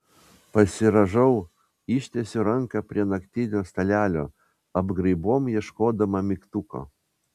pasirąžau ištiesiu ranką prie naktinio stalelio apgraibom ieškodama mygtuko